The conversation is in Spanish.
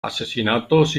asesinatos